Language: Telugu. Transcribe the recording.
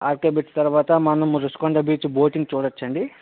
ఆర్కే బీచ్ తర్వాత మనము ఋషికొండా బీచ్ బోటింగ్ చూడచ్చండి